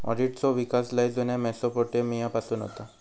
ऑडिटचो विकास लय जुन्या मेसोपोटेमिया पासून होता